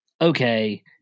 Okay